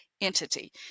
entity